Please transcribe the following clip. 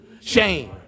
shame